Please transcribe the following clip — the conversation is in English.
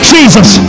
Jesus